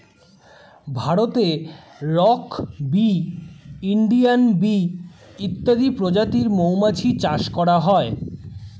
ভারতে rock bee, Indian bee ইত্যাদি প্রজাতির মৌমাছি চাষ করা হয়